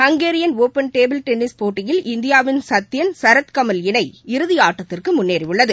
Hungarian டபன் table tennis போட்டியில் இந்தியாவின் சத்தியன் சரத் கமல் இணை இறுதி ஆட்டத்திற்கு முன்னேறியுள்ளது